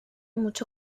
mucho